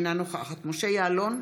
אינה נוכחת משה יעלון,